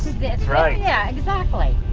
right. yeah exactly.